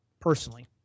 personally